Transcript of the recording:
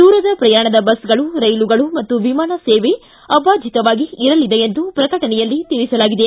ದೂರದ ಪ್ರಯಾಣದ ಬಸ್ಗಳು ರೈಲುಗಳು ಮತ್ತು ವಿಮಾನ ಸೇವೆ ಅಬಾಧಿತವಾಗಿ ಇರಲಿದೆ ಎಂದು ಪ್ರಕಟಣೆಯಲ್ಲಿ ತಿಳಿಸಲಾಗಿದೆ